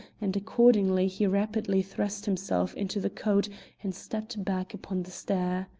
and accordingly he rapidly thrust himself into the coat and stepped back upon the stair.